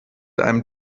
einem